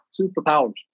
superpowers